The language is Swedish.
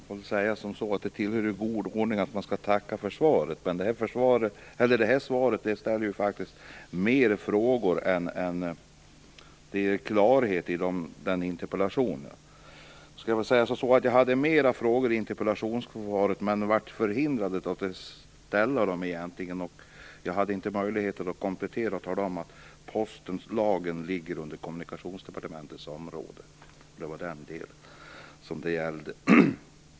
Fru talman! Det tillhör god ordning att man skall tacka för svaret, men det här svaret reser faktiskt fler frågor än det ger klarhet om. Jag hade egentligen fler frågor, men jag blev förhindrad att ställa dem. Jag hade inte möjlighet att komplettera interpellationen och tala om att postlagen ligger under Kommunikationsdepartementet. Det var den delen det gällde.